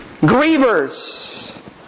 grievers